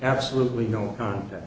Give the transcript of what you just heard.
absolutely no contact